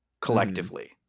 collectively